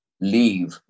leave